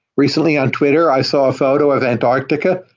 recently on twitter i saw a photo of antarctica.